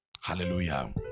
Hallelujah